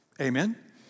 Amen